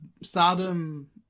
Stardom